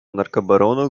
наркобарону